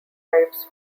types